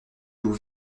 vous